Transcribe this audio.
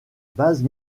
base